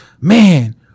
man